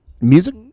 Music